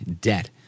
debt